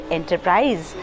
Enterprise